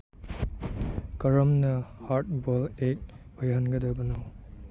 ꯀꯔꯝꯅ hard boil egg ꯑꯣꯏꯍꯟꯒꯗꯕꯅꯣ